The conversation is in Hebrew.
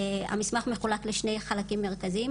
המסמך מחולק לשני חלקים מרכזיים.